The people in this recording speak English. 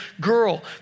girl